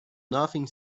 nothing